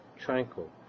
tranquil